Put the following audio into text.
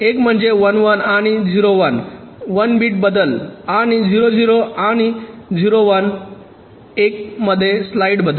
एक म्हणजे 1 1 आणि 0 1 1 बिट बदल आणि 0 0 आणि 0 1 1 मध्ये स्लाईट बदल